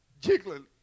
jiggling